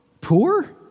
Poor